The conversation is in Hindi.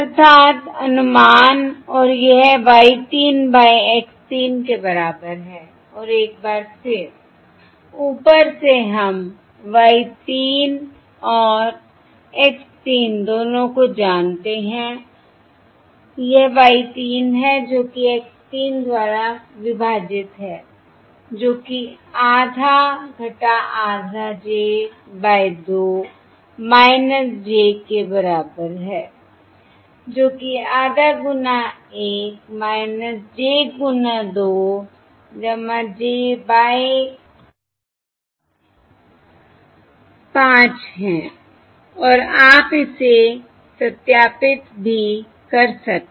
अर्थात अनुमान और यह Y 3 बाय X 3 के बराबर है और एक बार फिर ऊपर से हम Y 3 और X 3 दोनों को जानते हैं यह Y 3 है जो कि X 3 द्वारा विभाजित है जो कि आधा आधा j बाय 2 j के बराबर है जो कि आधा गुना 1 - j गुना 2 j बाय 5 है और आप इसे सत्यापित भी कर सकते हैं